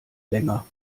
länger